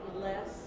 less